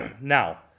Now